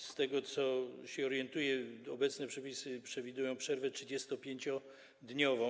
Z tego, co się orientuję, obecne przepisy przewidują przerwę 35-dniową.